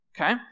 Okay